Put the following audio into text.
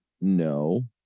no